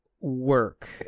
work